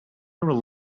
rely